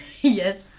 Yes